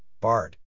BARD